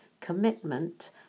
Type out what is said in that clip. commitment